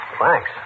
thanks